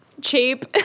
Cheap